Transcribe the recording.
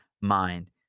mind